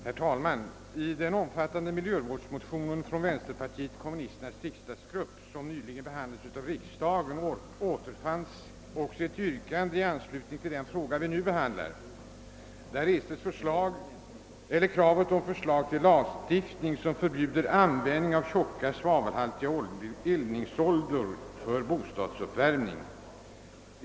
Herr talman! I den omfattande miljövårdsmotion från vänsterpartiet kommunisternas riksdagsgrupp som nyligen behandlades av riksdagen återfanns också ett yrkande i anslutning till den fråga vi nu behandlar. I den restes krav på förslag till lagstiftning som förbjuder användning av tjocka svavelhaltiga eldningsoljor för bostadsuppvärmning.